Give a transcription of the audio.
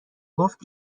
گفت